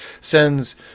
sends